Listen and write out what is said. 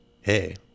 Hey